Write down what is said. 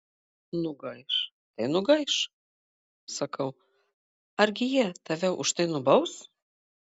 nugaiš tai nugaiš sakau argi jie tave už tai nubaus